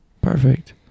Perfect